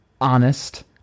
honest